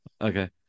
Okay